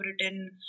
written